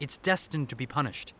it's destined to be punished